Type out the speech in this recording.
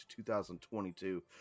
2022